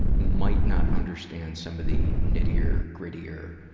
might not understand some of the nittier, grittier,